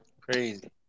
crazy